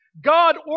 God